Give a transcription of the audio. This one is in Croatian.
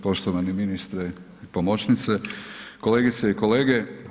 Poštovani ministre i pomoćnice, kolegice i kolege.